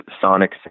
sonic